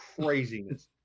Craziness